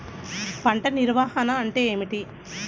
పంట నిర్వాహణ అంటే ఏమిటి?